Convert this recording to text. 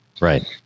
Right